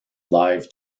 live